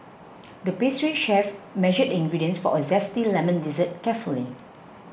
the pastry chef measured the ingredients for a Zesty Lemon Dessert carefully